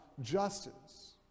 justice